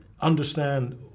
understand